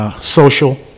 Social